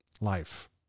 life